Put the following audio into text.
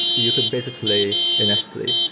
you could basically in s three,